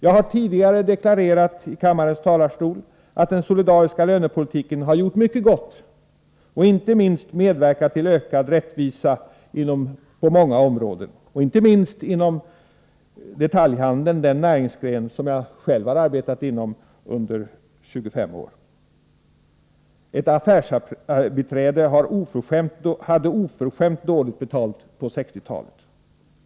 Jag haritidigare deklarerat i kammarens; talarstol att den solidariska lönepolitiken, har, gjort .mycket gott och inte minst medverkat till ökad rättvisa på många områden, t.ex, inom detaljhandeln - den näringsgren som jag arbetat inomci:25-åry Ett-affärsbiträde hade oförskämt dåligt betalt på 1960-talet.